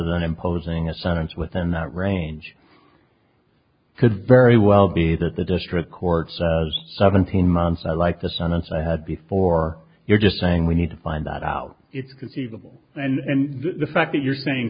than imposing a sentence within that range could very well be that the district court says seventeen months i like the sun and so i had before you're just saying we need to find that out it's conceivable and the fact that you're saying